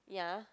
ya